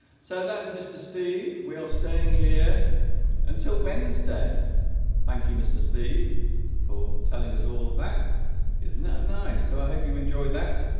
so that's mr. steve we are staying here until wednesday thank you mr. steve for telling us all of that isn't that nice so i hope you enjoyed that